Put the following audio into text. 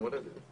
יום הולדת.